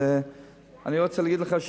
אני רוצה להגיד לך,